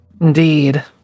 Indeed